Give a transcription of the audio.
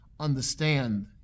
understand